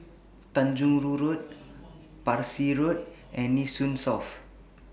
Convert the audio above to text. Tanjong Rhu Road Parsi Road and Nee Soon South